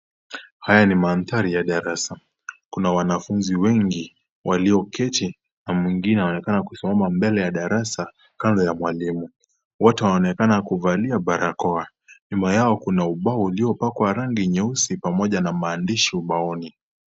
Haya ni manthari ya darasa. Kuna wanafunzi wengi walioketi na mwingine anaonekana kusimama mbele ya darasa kando ya mwalimu. Wote waonekana kuvalia barakoa. Nyuma yao kuna ubao ulio upakwa rangi nyeusi pamoja na maandishi ubaoni.